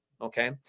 Okay